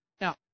Now